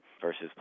versus